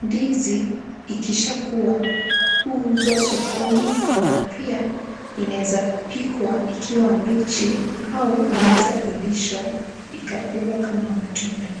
Ndizi ikishakua huuzwa sokoni na pia inaeza pikwa ikiwa mbichi au inaeza ivishwa ikakulwa kama matunda.